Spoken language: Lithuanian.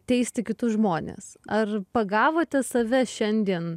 teisti kitus žmones ar pagavote save šiandien